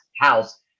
house